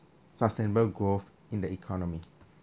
sustainable growth in the economy